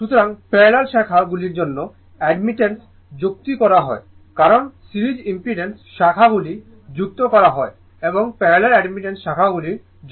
সুতরাং প্যারালাল শাখাগুলির জন্য অ্যাডমিটেন্স যুক্ত করা হয় কারণ সিরিজ ইমপিডেন্সার শাখাগুলি যুক্ত করা হয় এবং প্যারালাল অ্যাডমিটেন্সার শাখাগুলির জন্য যুক্ত করা হয়